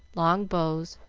long bows,